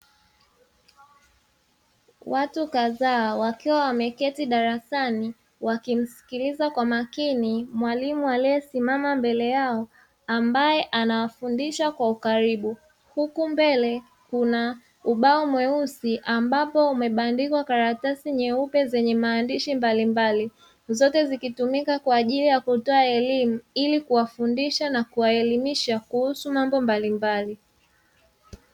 Watu kadhaa wakiwa wameketi darasani wakimsikiliza kwa makini mwalimu aliyesimama mbele yao ambaye anawafundisha kwa ukaribu. Huku mbele kuna ubao mweusi ambapo umebandikwa karatasi nyeupe zenye maandishi mbalimbali zote zikitumika kwa ajili ya kutoa elimu ili kuwafundisha na kuwaelimisha kuhusu mambo mbalimbali.